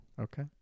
Okay